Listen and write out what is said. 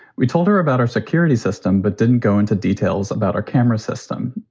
we told her about our security system but didn't go into details about our camera system,